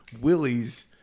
Willie's